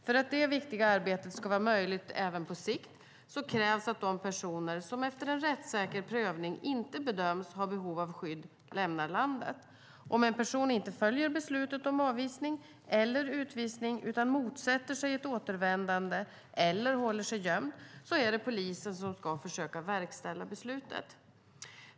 För att detta viktiga arbete ska vara möjligt även på sikt krävs att de personer som, efter en rättssäker prövning, inte bedömts ha behov av skydd lämnar landet. Om en person inte följer beslutet om avvisning eller utvisning utan motsätter sig ett återvändande, eller håller sig gömd, är det polisen som ska försöka verkställa beslutet.